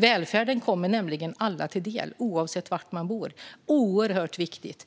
Välfärden kommer nämligen alla till del oavsett var de bor. Det är oerhört viktigt.